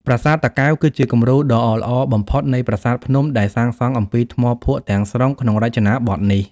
ប្រាសាទតាកែវគឺជាគំរូដ៏ល្អបំផុតនៃប្រាសាទភ្នំដែលសាងសង់អំពីថ្មភក់ទាំងស្រុងក្នុងរចនាបថនេះ។